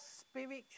spiritual